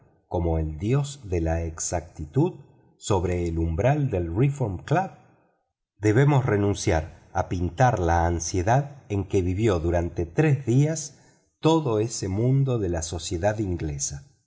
como el dios de la exactitud sobre el umbral del reform club debemos renunciar a pintar la ansiedad en que vivió durante tres días todo ese mundo de la sociedad inglesa